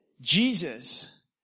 Jesus